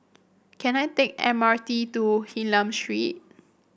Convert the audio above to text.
can I take M R T to Hylam Street